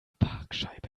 parkscheibe